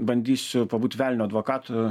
bandysiu pabūt velnio advokatu